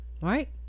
right